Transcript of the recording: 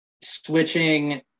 switching